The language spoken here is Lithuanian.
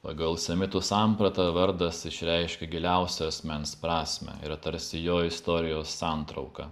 pagal semitų sampratą vardas išreiškia giliausią asmens prasmę ir tarsi jo istorijos santrauka